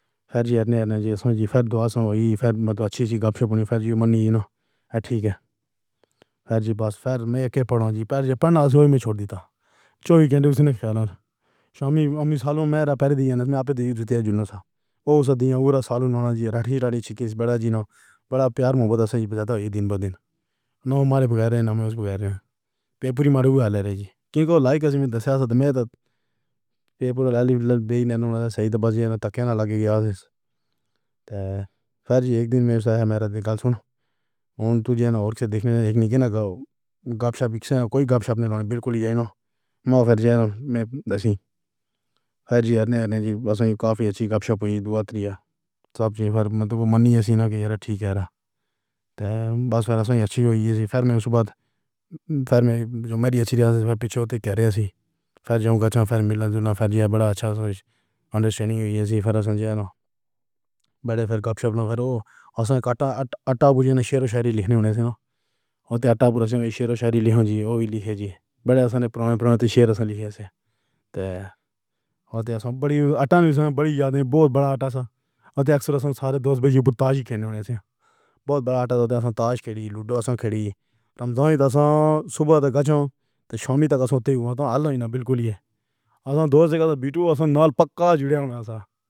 پھر جی نے جیسے پھر دو سال ہوئی۔ پھر تو اچھی گپ شپ ہونی۔ پھر جی مانی ان ٹھیک ہے۔ پھر جی بس پھر میں کے پڑھا جی پر پرنام۔ وو بھی چھوڑ دِیا۔ چوڑی کھنڈ اُسی نے کھیلا شامی امّی۔ سالوں میرا فیڈی ہونے سے آپ دی ہوئی بدھی ہے۔ جون سا اوس دِیا اور سالانہ جی رہیگی۔ ڈری چھکّے سے وڈا جینا، وڈا پیار موبڈا سے زیادہ ہی دِن بہ دِن نہ مارے بغیرہ نہ میں بغیرہ پیپر ہی مارو ہے۔ لے رہی کِسی کو لائک دسیا سا تو میں تو پیپر والے بھی نہیں نہ سہی۔ تو بس یے تکئے نہ لگے یار دےس تے پھر اک دِن میں سہمے رہ دے گَل سُن۔ اُن تو جین اور سے دیکھنے اک نہ کو گپ شپ کوئی گپ شپ نہ بالکل اِینا معاف۔ میں دیسی فقیر نے۔ جی بس کافی اچھی گپ شپ ہوئی۔ دو تین حصہ زندہ مانی ہے نا کہ یار ٹھیک کہہ رہا۔ بس اچھی ہوئی سفارش۔ بعد پھر میری اچھی ریاست پر چھوٹے کرے۔ ایسی فَرز کا سا فیملی جیسے وڈا اچھا انڈرسٹینڈنگ ہوئی ایسی۔ پھر ایسا نہ وڈے پھر گپ شپ کرو۔ آسان کاٹا۔ اٹّا بُرجی نے شیرا شاعری لکھنے ہونے سے تھا۔ آٹا روشنی شیرا شاعری لکھی ہوئی لکھی جی وڈے سارے پران پریم تے شیر لکھے سے تو ایسا وڈی اٹھانوے سے وڈی یاداں بہت وڈا سا اکشر سا سارے دوست تاش کھیڈنے ہونگے بہت وڈا آتا تھا۔ تاش کھیلی، لُوڈو کھیلی۔ رمضان دسوں صبح تو غزل تو شامی تک ہوتی تھی۔ وہاں پر بالکل ہی آسان۔ دوست بِٹّو آسان نہ پکّا جُڑا ہونا۔